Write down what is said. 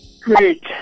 Great